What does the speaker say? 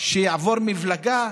אין לנו שום דבר נגד הבדואים.